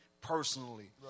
personally